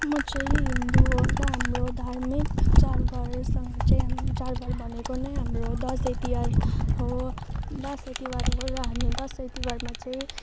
म चाहिँ हिन्दू हो र हाम्रो धार्मिक चाडबाड जस्तोमा चाहिँ हामी चाडबाड भनेको नै हाम्रो दसैँ तिहार हो दसैँ तिहार हो र हामी दसैँ तिहारमा चाहिँ